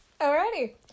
Alrighty